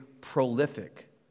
prolific